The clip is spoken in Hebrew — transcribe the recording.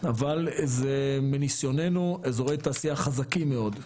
אבל זה מניסיוננו אזורי תעשייה חזקים מאוד,